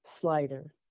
Slider